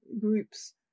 groups